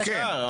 כן.